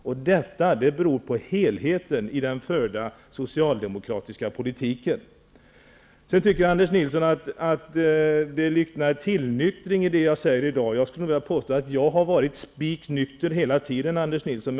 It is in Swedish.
Och detta beror på helheten i den förda socialdemokratiska politiken. Sedan tycker Anders Nilsson att det jag säger i dag liknar en tillnyktring. Jag skulle nog vilja påstå att jag har varit spik nykter hela tiden, Anders Nilsson.